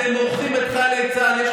אתם מורחים את חיילי צה"ל.